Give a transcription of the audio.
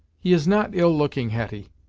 he is not ill-looking, hetty,